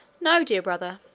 no, dear brother,